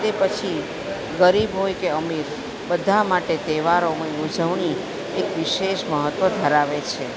તે પછી ગરીબ હોય કે અમીર બધા માટે તહેવારોની ઉજવણી એક વિશેષ મહત્ત્વ ધરાવે છે